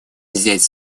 взять